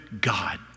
God